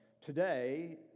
today